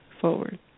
forward